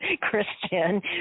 Christian